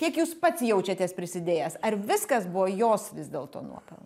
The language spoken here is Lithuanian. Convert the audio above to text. kiek jūs pats jaučiatės prisidėjęs ar viskas buvo jos vis dėlto nuopelnas